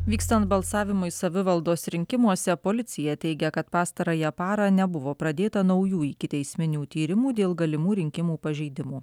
vykstant balsavimui savivaldos rinkimuose policija teigia kad pastarąją parą nebuvo pradėta naujų ikiteisminių tyrimų dėl galimų rinkimų pažeidimų